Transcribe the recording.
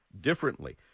differently